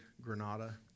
Granada